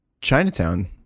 Chinatown